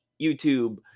YouTube